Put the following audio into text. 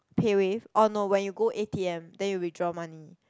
PayWave or no when you go a_t_m then you withdraw money